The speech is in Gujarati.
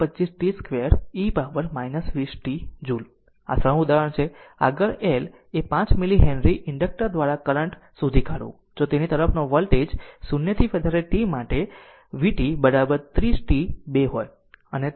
125 t 2 e power 20 t joule તેથી આ સરળ ઉદાહરણ છે આગળ 1 એ 5 મીલી હેનરી ઇન્ડક્ટર દ્વારા કરંટ શોધી કાઢવું જો તેની તરફનો વોલ્ટેજ 0 થી વધારે t માટે vt 30 t 2 હોય